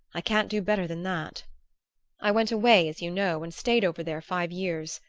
i can't do better than that i went away, as you know, and stayed over there five years.